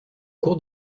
cours